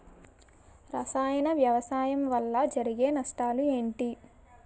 రసాయన వ్యవసాయం వల్ల జరిగే నష్టాలు ఏంటి?